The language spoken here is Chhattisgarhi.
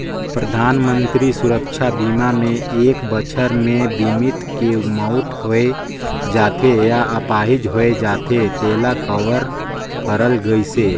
परधानमंतरी सुरक्छा बीमा मे एक बछर मे बीमित के मउत होय जाथे य आपाहिज होए जाथे तेला कवर करल गइसे